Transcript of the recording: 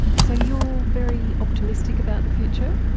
so you're very optimistic about the future?